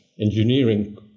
engineering